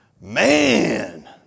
man